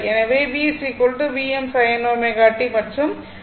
எனவே v Vm sin ω t மற்றும் I Im sin ω t